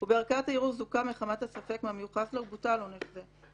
ובערכאת הערעור זוכה מחמת הספק מהמיוחס לו ובוטל עונש זה.